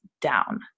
down